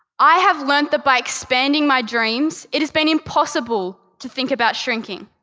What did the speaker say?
i have learned that by expanding my dreams it has been impossible to think about shrinking.